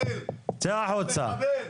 מחבל, מחבל.